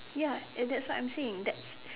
ya and that's what I am saying that's